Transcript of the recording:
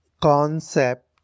concept